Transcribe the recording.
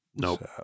Nope